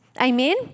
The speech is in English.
Amen